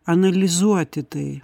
analizuoti tai